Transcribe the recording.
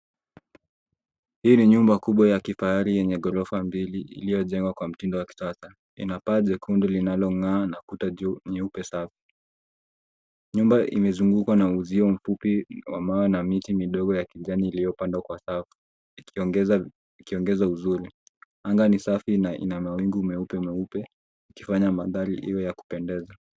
Hii ni nyumba kubwa ya kifahari yenye ghorofa mbili iliyojengwa kwa mtindo wa kisasa. Ina paa jekundi linalong'aa na kuta nyeupe sana. Nyumba imezungukwa na uzio mfupi wa mawe na miti midogo ya kijani iliyopandwa kwa safu ikiongeza uzuri. Anga ni safi na ina mawingu meupe meupe ikifanya mandhari iwe ya kupendeza.